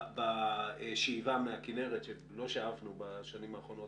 בשאיבה מהכנרת כשלא שאבנו בשנים האחרונות